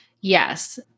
Yes